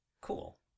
Cool